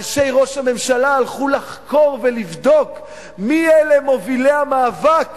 אנשי ראש הממשלה הלכו לחקור ולבדוק מי אלה מובילי המאבק